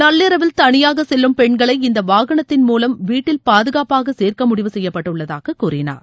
நள்ளிரவில் தனியாக செல்லும் பெண்களை இந்த வாகனத்தின் மூலம் வீட்டில் பாதுகாப்பாக சேர்க்க முடிவு செய்யப்பட்டுள்ளதாக கூறினார்